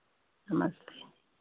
नमस्ते